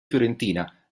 fiorentina